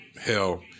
hell